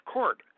Court